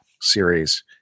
series